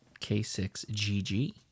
K6GG